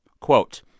Quote